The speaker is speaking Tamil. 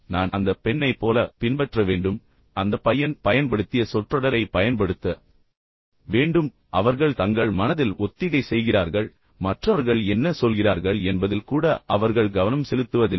நான் அந்த பெண்ணைப் போல பின்பற்ற வேண்டும் அந்த பையன் பயன்படுத்திய சொற்றொடரை நான் பயன்படுத்த வேண்டும் அவர்கள் அதை சில நேரங்களில் குறிப்பிடுகிறார்கள் அவர்கள் தங்கள் மனதில் ஒத்திகை செய்கிறார்கள் ஆனால் பாதி நேரம் மற்றவர்கள் என்ன சொல்கிறார்கள் என்பதில் கூட அவர்கள் கவனம் செலுத்துவதில்லை